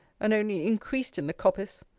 and only increased in the coppice!